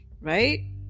right